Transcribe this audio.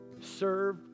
Serve